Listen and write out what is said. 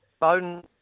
Bowden